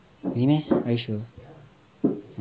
really meh are you sure